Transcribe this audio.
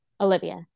Olivia